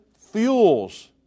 Fuels